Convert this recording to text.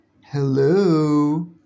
Hello